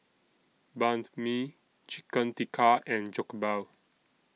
Banh MI Chicken Tikka and Jokbal